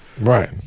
Right